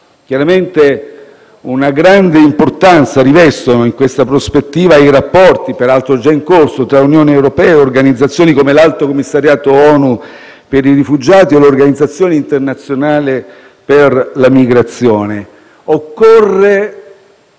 Chiaramente una grande importanza rivestono in questa prospettiva i rapporti, peraltro già in corso, tra Unione europea e organizzazioni come l'Alto commissariato ONU per i rifugiati o l'Organizzazione internazionale per le migrazioni. Occorre